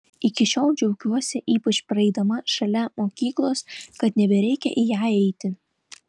iki šiol džiaugiuosi ypač praeidama šalia mokyklos kad nebereikia į ją eiti